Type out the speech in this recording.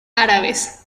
árabes